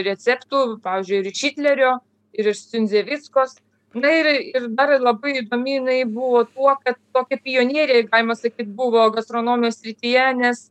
receptų pavyzdžiui ir čitlerio ir iš siundzevickos na ir ir dar labai įdomi jinai buvo tuo kad tokia pionierė galima sakyt buvo gastronomijos srityje nes